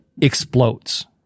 explodes